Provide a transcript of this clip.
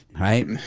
Right